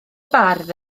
bardd